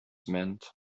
meant